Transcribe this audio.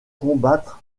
combattre